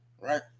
right